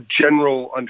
general